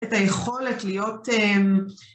את היכולת להיות